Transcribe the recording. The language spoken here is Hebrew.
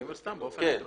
אני אומר שבאופן כללי.